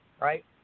right